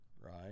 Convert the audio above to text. Right